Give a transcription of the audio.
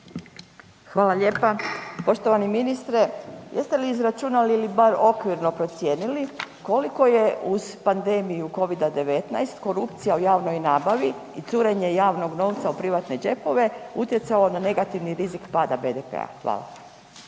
Hvala lijepa. Poštovani ministre, jeste li izračunali ili bar okvirno procijenili koliko je uz pandemiju Covida-19 korupcija u javnoj nabavi i curenje javnog novca u privatne džepove utjecalo na negativni rizik pada BDP-a? Hvala.